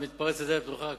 אתה מתפרץ לדלת פתוחה,